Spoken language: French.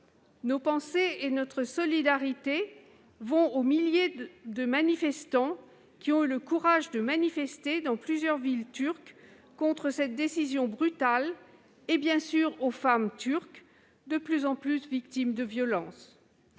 Nos pensées et notre solidarité vont aux milliers de personnes qui ont eu le courage de manifester dans plusieurs villes turques contre cette décision brutale, ainsi qu'aux femmes turques, de plus en plus victimes de violences.